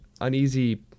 uneasy